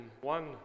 one